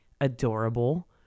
adorable